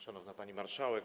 Szanowna Pani Marszałek!